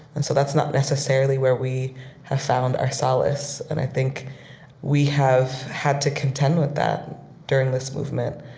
and so that's not necessarily where we have found our solace. and i think we have had to contend with that during this movement.